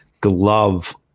glove